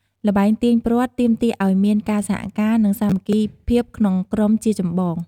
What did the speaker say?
ល្បែងទាញព្រ័ត្រទាមទារឱ្យមានការសហការ និងសាមគ្គីភាពក្នុងក្រុមជាចម្បង។